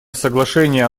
соглашения